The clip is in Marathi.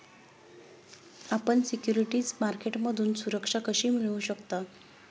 आपण सिक्युरिटीज मार्केटमधून सुरक्षा कशी मिळवू शकता?